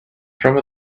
from